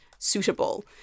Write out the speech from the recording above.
suitable